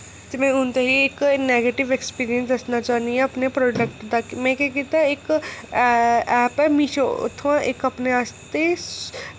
ते हून में तुसेंगी इक नैगेटिव एक्सपीरियंस दस्सना चाह्न्नी आं अपने प्राडक्ट दा में केह् कीता इक ऐप ऐ मीशो उत्थुआं इक अपने आस्तै